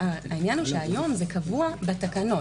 היום זה קבוע בתקנות.